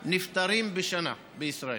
43,000 נפטרים בשנה בישראל,